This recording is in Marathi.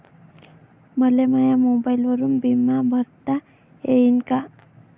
मले माया मोबाईलवरून बिमा भरता येईन का?